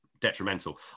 detrimental